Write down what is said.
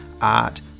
art